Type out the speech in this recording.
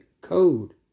code